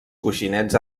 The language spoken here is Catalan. coixinets